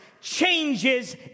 changes